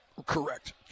Correct